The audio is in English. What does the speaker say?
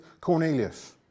Cornelius